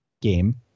game